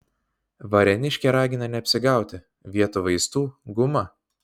varėniškė ragina neapsigauti vietoj vaistų guma